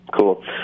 Cool